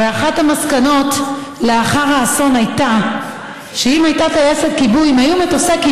הרי אחת המסקנות לאחר האסון הייתה שאם הייתה טייסת כיבוי,